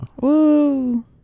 Woo